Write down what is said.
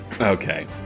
Okay